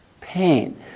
pain